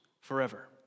forever